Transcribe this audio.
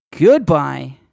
goodbye